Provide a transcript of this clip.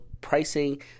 pricing